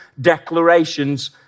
declarations